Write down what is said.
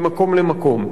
ממקום למקום.